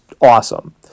awesome